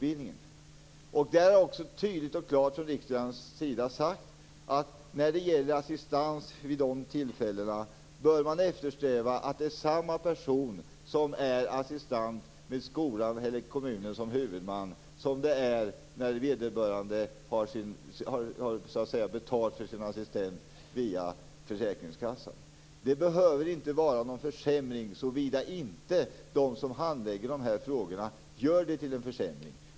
Från riksdagens sida har tydligt och klart sagts att när det gäller assistans vid dessa tillfällen bör man eftersträva att samma person är assistent när kommunen är huvudman som när försäkringskassan betalar assistenten. Det behöver inte vara någon försämring, såvida inte de som handlägger de här frågorna gör det till en försämring.